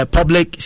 Public